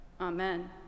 Amen